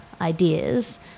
ideas